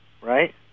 right